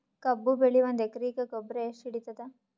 ಕಬ್ಬು ಬೆಳಿ ಒಂದ್ ಎಕರಿಗಿ ಗೊಬ್ಬರ ಎಷ್ಟು ಹಿಡೀತದ?